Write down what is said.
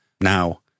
now